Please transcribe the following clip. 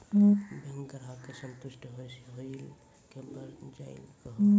Bank ग्राहक के संतुष्ट होयिल के बढ़ जायल कहो?